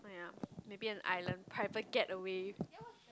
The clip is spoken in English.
maybe an island private getaway